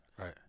Right